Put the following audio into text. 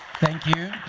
thank you.